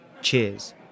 Cheers